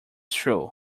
true